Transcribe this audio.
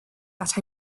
that